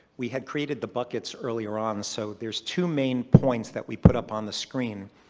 we had created the buckets earlier on. so there's two main points that we put up on the screen